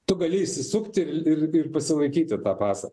tu gali išsisukti ir ir ir pasilaikyti tą pasą